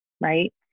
right